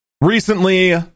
Recently